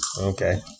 okay